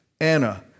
Anna